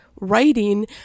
writing